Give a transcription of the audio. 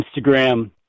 Instagram